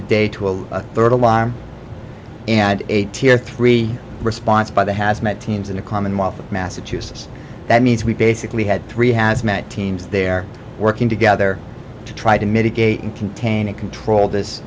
the day to a third alarm and a tier three response by the hazmat teams in the commonwealth of massachusetts that means we basically had three hazmat teams there working together to try to mitigate and contain and control this